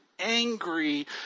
angry